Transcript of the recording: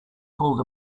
pulled